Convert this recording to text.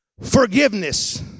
forgiveness